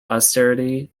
austerity